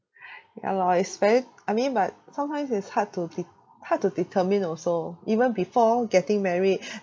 ya lor it's very I mean but sometimes it's hard to de~ hard to determine also even before getting married